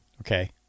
Okay